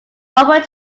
open